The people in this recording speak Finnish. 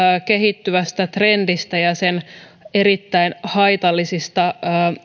kehittyvästä trendistä ja sen erittäin haitallisista